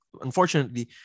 unfortunately